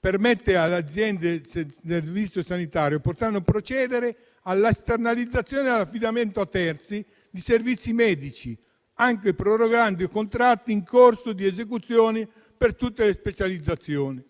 permette alle aziende del Servizio sanitario nazionale di procedere all'esternalizzazione dell'affidamento a terzi di servizi medici, anche prorogando i contratti in corso di esecuzione per tutte le specializzazioni.